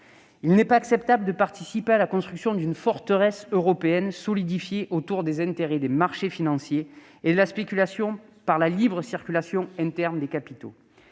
Il n'est pas acceptable de participer à la construction d'une forteresse européenne solidifiée autour des intérêts des marchés financiers et de la spéculation par la libre circulation interne des capitaux.